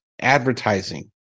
advertising